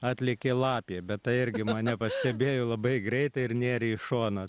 atlėkė lapė bet ta irgi mane pastebėjo labai greitai ir nėrė į šoną